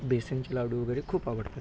बेसनचे लाडू वगैरे खूप आवडतात